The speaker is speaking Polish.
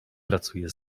pracuje